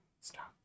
Stop